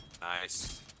Nice